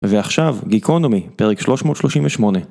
ועכשיו גיקונומי פרק 338